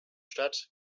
stadt